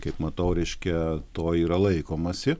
kaip matau reiškia to yra laikomasi